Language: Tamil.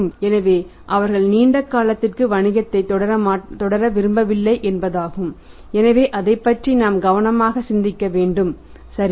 எனவே அவர்கள் நீண்ட காலத்திற்கு வணிகத்தைத் தொடர விரும்பவில்லை என்பதாகும் எனவே அதைப் பற்றி நாம் கவனமாக சிந்திக்க வேண்டும் சரியா